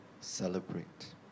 celebrate